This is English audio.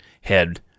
head